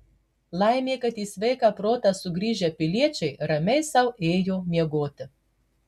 laimė kad į sveiką protą sugrįžę piliečiai ramiai sau ėjo miegoti